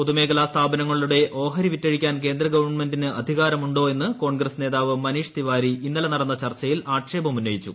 പൊതു മേഖലാ സ്ഥാപനങ്ങളുടെ ഓഹരി വിറ്റഴിക്കാൻ കേന്ദ്ര ഗവൺമെന്റിന് അധികാരമുണ്ടോ എന്ന് കോൺഗ്രസ് നേതാവ് മനീഷ് തിവാരി ഇന്നലെ നടന്ന ചർച്ചയിൽ ആക്ഷേപമുന്നയിച്ചു